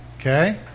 Okay